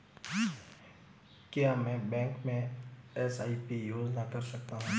क्या मैं बैंक में एस.आई.पी योजना कर सकता हूँ?